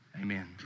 amen